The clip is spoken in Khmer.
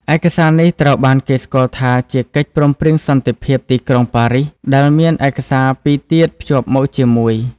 ឯកសារនេះត្រូវបានគេស្គាល់ថាជាកិច្ចព្រមព្រៀងសន្តិភាពទីក្រុងប៉ារីស ដែលមានឯកសារពីរទៀតភ្ជាប់មកជាមួយ។